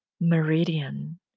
meridian